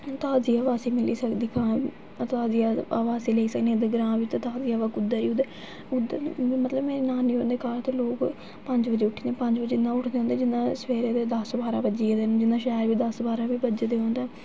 ताज़ी हवाऽ असें गी मिली सकदी तुआहीं ताज़ी हवाऽ असें लेई सकने आं उद्धर ग्रांऽ बिच ताज़ी हवाऽ कुद्धर ऐ जिद्धर मतलब मेरे नानी होंदे घर ते लोग पंज बजे उठदे पंज बजे उठदे न जि'यां सबैह्रे दे दस बारां बजी दे गेदे होंदे न जि'यां शैह्र दे दस बारां बजे दे होन ते